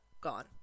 gone